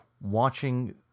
watching